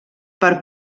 per